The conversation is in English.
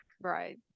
right